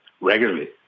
regularly